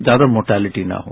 ज्यादा मोर्टेलिटी न हो